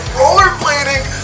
rollerblading